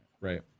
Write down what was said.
right